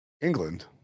England